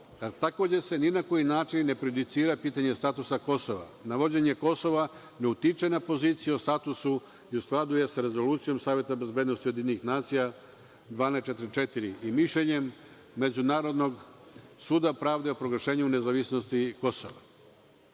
Takođe se ni na koji način ne prejudicira pitanje statusa Kosova. Navođenje Kosova ne utiče na poziciju o statusu i u skladu je sa Rezolucijom Saveta bezbednosti UN 1244 i mišljenjem Međunarodnog suda pravde o proglašenju nezavisnosti Kosova. Taj